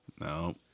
No